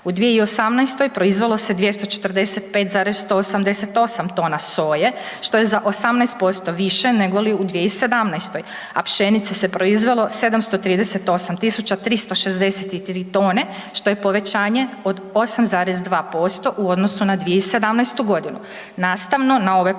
U 2018. proizvelo se 245,188 tona soje, što je za 18% više nego li u 2017., a pšenice se proizvelo 738363 tone, što je povećanje od 8,2% u odnosu na 2017.g. Nastavno na ove podatke,